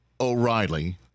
O'Reilly